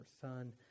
son